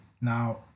now